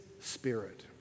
spirit